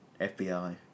FBI